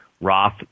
Roth